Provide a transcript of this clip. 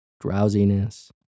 drowsiness